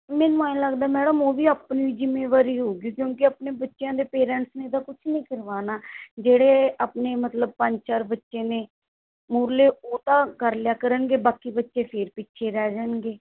ਮੈਨੂੰ ਆਂਏ ਲੱਗਦਾ ਮੈਡਮ ਉਹ ਵੀ ਆਪਣੀ ਜ਼ਿੰਮੇਵਾਰੀ ਹੋਊਗੀ ਕਿਉਂਕਿ ਆਪਣੇ ਬੱਚਿਆਂ ਦੇ ਪੇਰੈਂਟਸ ਨੇ ਤਾਂ ਕੁਛ ਨਹੀਂ ਕਰਵਾਉਣਾ ਜਿਹੜੇ ਆਪਣੇ ਮਤਲਬ ਪੰਜ ਚਾਰ ਬੱਚੇ ਨੇ ਮੂਹਰਲੇ ਉਹ ਤਾਂ ਕਰ ਲਿਆ ਕਰਨਗੇ ਬਾਕੀ ਬੱਚੇ ਫੇਰ ਪਿੱਛੇ ਰਹਿ ਜਾਣਗੇ